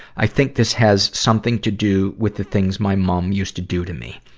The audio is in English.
i think this has something to do with the things my mum used to do to me.